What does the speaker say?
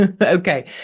okay